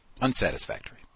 Unsatisfactory